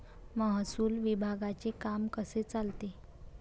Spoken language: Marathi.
महसूल विभागाचे काम कसे चालते?